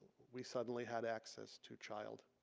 we suddenly had access to child,